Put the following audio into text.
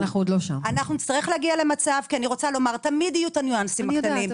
תמיד יהיו הניואנסים הקטנים.